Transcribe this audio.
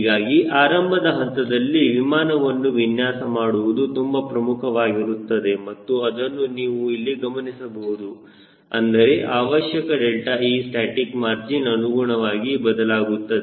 ಹೀಗಾಗಿ ಆರಂಭದ ಹಂತದಲ್ಲಿ ವಿಮಾನವನ್ನು ವಿನ್ಯಾಸ ಮಾಡುವುದು ತುಂಬಾ ಪ್ರಮುಖವಾಗಿರುತ್ತದೆ ಮತ್ತು ಅದನ್ನು ನೀವು ಇಲ್ಲಿ ಗಮನಿಸಬಹುದು ಅಂದರೆ ಅವಶ್ಯಕ 𝛿e ಸ್ಟಾಸ್ಟಿಕ್ ಮಾರ್ಜಿನ್ ಅನುಗುಣವಾಗಿ ಬದಲಾಗುತ್ತದೆ